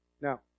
Now